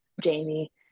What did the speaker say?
Jamie